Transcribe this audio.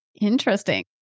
Interesting